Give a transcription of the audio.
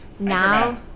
Now